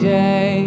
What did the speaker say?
day